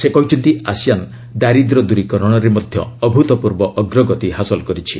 ସେ କହିଛନ୍ତି ଆସିଆନ୍ ଦାରିଦ୍ର୍ୟ ଦୂରୀକରଣରେ ମଧ୍ୟ ଅଭୂତପୂର୍ବ ଅଗ୍ରଗତି ହାସଲ କରିଛି